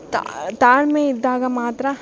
ತಾ ತಾಳ್ಮೆ ಇದ್ದಾಗ ಮಾತ್ರ